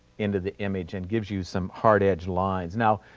into the image and gives you some hard edged lines. now,